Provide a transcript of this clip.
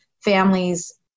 families